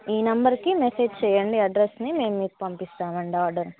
ఈ నెంబర్కి మెసేజ్ చేయండి అడ్రస్ని మేము మీకు పంపిస్తామండి ఆర్డర్